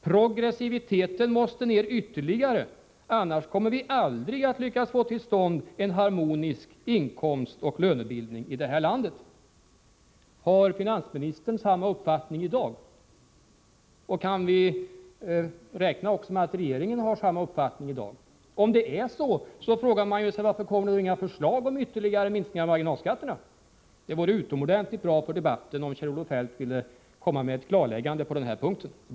Progressiviteten måste ner ytterligare — annars kommer vi aldrig att lyckas få till stånd en harmonisk inkomstoch lönebildning i det här landet.” Har finansministern samma uppfattning i dag? Och kan vi också räkna med att regeringen har samma uppfattning i dag? Om det är så, frågar man sig: Varför kommer inga förslag om ytterligare minskning av marginalskatterna? Det vore utomordentligt bra för debatten om Kjell-Olof Feldt ville komma med ett klarläggande på den här punkten.